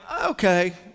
okay